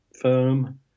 firm